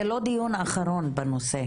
זה לא דיון אחרון בנושא.